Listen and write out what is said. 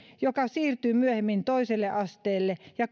joka siirtyy myöhemmin toiselle asteelle ja